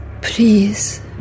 please